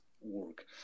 work